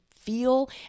feel